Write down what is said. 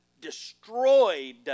destroyed